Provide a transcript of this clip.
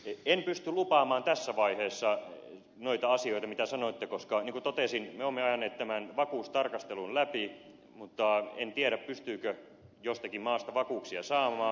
en pysty lupaamaan tässä vaiheessa noita asioita mitä sanoitte koska niin kuin totesin me olemme ajaneet tämän vakuustarkastelun läpi mutta en tiedä pystyykö jostakin maasta vakuuksia saamaan